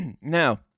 Now